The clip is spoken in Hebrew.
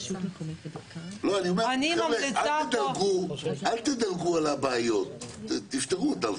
אני אומר, חבר'ה, אל תדלגו על הבעיות, תפתרו אותם.